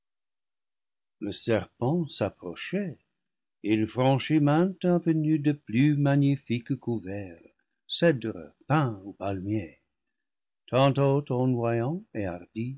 le serpent s'approchait il franchit mainte avenue du plus magnifique couvert cèdre pin ou palmier tantôt ondoyant et